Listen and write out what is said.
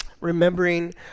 Remembering